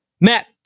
Matt